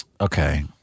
Okay